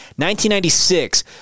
1996